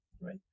right